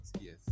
Yes